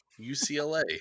UCLA